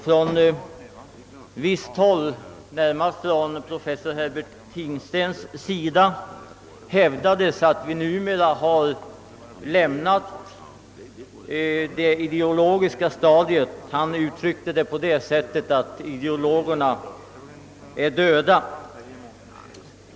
Från visst håll — jag tänker närmast på professor Herbert Tingsten — hävdades att vi numera har lämnat det ideologiska stadiet; han uttryckte det på det sättet att ideologierna är döda.